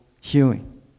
healing